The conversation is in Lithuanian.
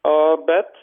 o bet